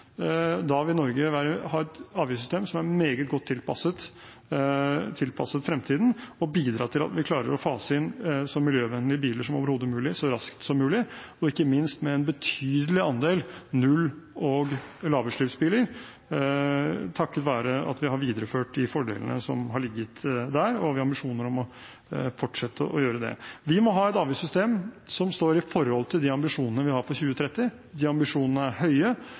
da vil Norge ha et avgiftssystem som er meget godt tilpasset fremtiden, og bidra til at vi klarer å fase inn så miljøvennlige biler som overhodet mulig, så raskt som mulig, og ikke minst med en betydelig andel null- og lavutslippsbiler, takket være at vi har videreført de fordelene som har ligget der, og vi har ambisjoner om å fortsette å gjøre det. Vi må ha et avgiftssystem som står i forhold til de ambisjonene vi har for 2030. De ambisjonene er høye,